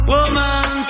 Woman